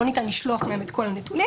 שלא ניתן לשלוף מהמערכות שלנו.